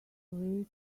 away